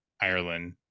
Ireland